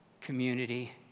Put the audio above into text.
Community